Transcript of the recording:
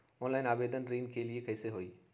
Online आवेदन ऋन के लिए कैसे हुई?